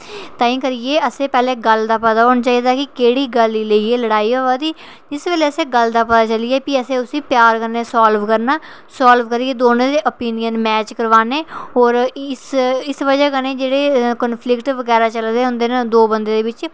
ताहीं करियै पैह्लें असें गल्ल दा पता होना चाहिदा कि केह्ड़ी गल्ल गी लेइयै लड़ाई होआ दी ते जिस बेल्लै असें ई गल्ल दा पता चली गेआ ते भी असें उसी प्यार कन्नै सॉल्व करना सॉल्व करियै दोने दे ओपीनियन मैच कराने होर इस इस बजह् कन्नै जेह्ड़ी कन्फ्लिक्ट बगैरा चला दे होंदे न दो बंदें दे बिच